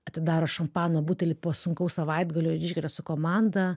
atidaro šampano butelį po sunkaus savaitgalio ir išgeria su komanda